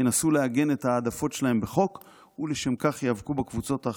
ינסו לעגן את ההעדפות שלהם בחוק ולשם כך ייאבקו בקבוצות האחרות.